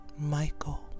Michael